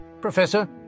Professor